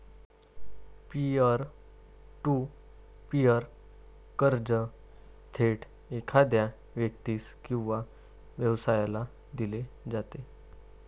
pier to peer कर्ज थेट एखाद्या व्यक्तीस किंवा व्यवसायाला दिले जाते